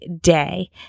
day